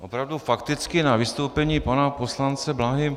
Opravdu fakticky na vystoupení pana poslance Bláhy.